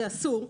זה אסור,